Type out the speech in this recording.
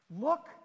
look